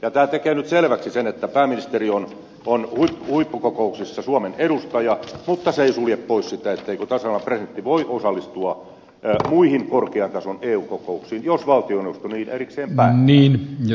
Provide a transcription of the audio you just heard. tämä tekee nyt selväksi sen että pääministeri on huippukokouksissa suomen edustaja mutta se ei sulje pois sitä etteikö tasavallan presidentti voi osallistua muihin korkean tason eu kokouksiin jos valtioneuvosto niin erikseen päättää